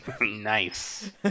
Nice